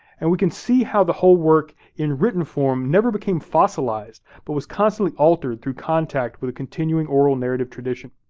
and we can see how the whole work in written form never became fossilized, but was constantly altered through contact with continuing oral narrative tradition.